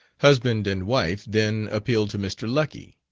husband and wife then appealed to mr. lucky.